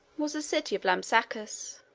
was the city of lampsacus.